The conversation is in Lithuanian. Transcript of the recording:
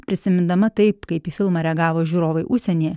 prisimindama taip kaip į filmą reagavo žiūrovai užsienyje